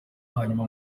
hanyuma